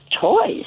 toys